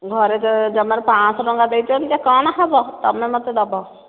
ଘରେ ଜମାରୁ ପାଞ୍ଚଶହ ଟଙ୍କା ଦେଇଛନ୍ତି ଯେ କ'ଣ ହେବ ତୁମେ ମୋତେ ଦେବ